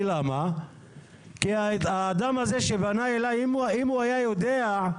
כי אם האדם הזה שפנה אליי היה יודע,